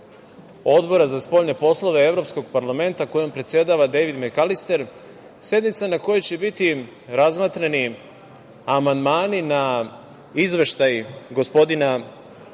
Odbora za spoljne poslove Evropskog parlamenta kojim predsedava Dejvid Mekalister. Na toj sednici će biti razmatrani amandmani na Izveštaj gospodina